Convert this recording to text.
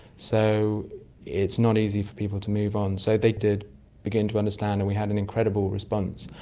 so it's not easy for people to move on. so they did begin to understand and we had an incredible response,